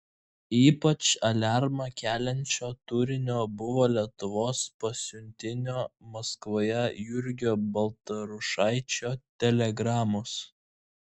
ypač aliarmą keliančio turinio buvo lietuvos pasiuntinio maskvoje jurgio baltrušaičio telegramos